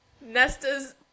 Nesta's